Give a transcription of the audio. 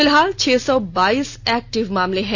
फिलहाल छह सौ बाइस एक्टिव मामले हैं